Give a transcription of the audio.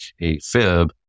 AFib